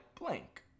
blank